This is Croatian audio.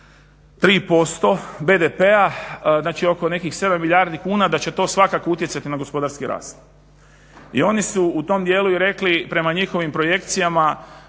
2,3% BDP-a, znači oko nekih 7 milijardi kuna da će to svakako utjecati na gospodarski rast. I oni su u tom dijelu i rekli prema njihovim projekcijama